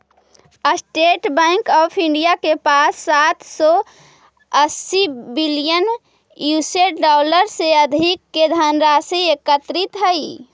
state Bank of India के पास सात सौ अस्सी बिलियन यूएस डॉलर से अधिक के धनराशि एकत्रित हइ